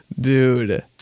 Dude